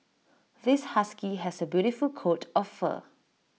this husky has A beautiful coat of fur